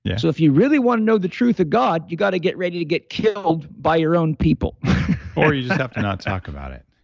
yeah so if you really want to know the truth of god, you got to get ready to get killed by your own people or you just have to not talk about it.